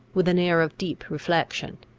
with an air of deep reflection.